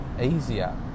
easier